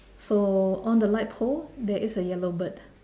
so on the light pole there is a yellow bird